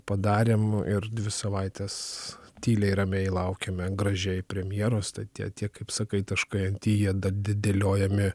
padarėm ir dvi savaites tyliai ramiai laukiame gražiai premjeros tai tie tie kaip sakai taškai ant i jie da dėliojami